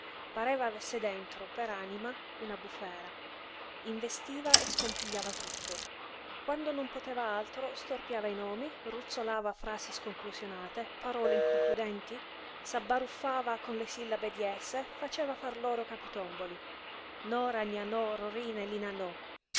pareva avesse dentro per anima una bufera investiva e scompigliava tutto quando non poteva altro storpiava i nomi ruzzolava frasi sconclusionate parole inconcludenti s'abbaruffava con le sillabe di esse faceva far loro capitomboli nora nianò rorina elinanò non